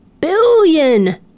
billion